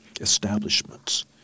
establishments